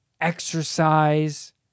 exercise